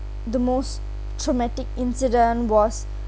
the most traumatic incident was